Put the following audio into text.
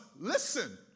listen